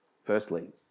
Firstly